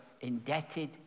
indebted